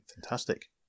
Fantastic